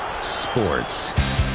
Sports